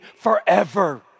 forever